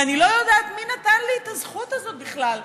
ואני לא יודעת מי נתן לי את הזכות הזאת בכלל,